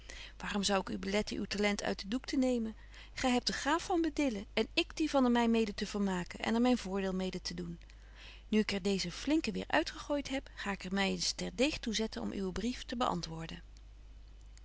waarom zou ik u beletten uw talent uit den doek te nemen gy hebt de gaaf van bedillen en ik die van er betje wolff en aagje deken historie van mejuffrouw sara burgerhart my mede te vermaken en er myn voordeel mede te doen nu ik er deeze flinken weer uitgegooit heb ga ik er my eens terdeeg toe zetten om uwen brief te beantwoorden